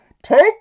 Take